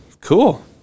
cool